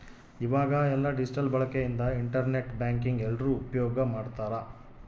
ಈವಾಗ ಎಲ್ಲ ಡಿಜಿಟಲ್ ಬಳಕೆ ಇಂದ ಇಂಟರ್ ನೆಟ್ ಬ್ಯಾಂಕಿಂಗ್ ಎಲ್ರೂ ಉಪ್ಯೋಗ್ ಮಾಡ್ತಾರ